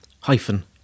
hyphen